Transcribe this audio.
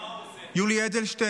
מה המשרד הזה של אורית עושה?